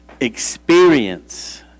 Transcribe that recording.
experience